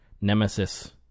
nemesis